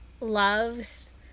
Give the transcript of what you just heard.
loves